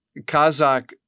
Kazakh